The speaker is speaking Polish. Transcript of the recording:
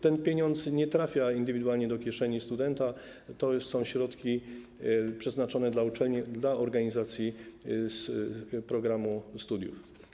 Ten pieniądz nie trafia indywidualnie do kieszeni studenta, to są środki przeznaczone dla uczelni, dla organizacji programu studiów.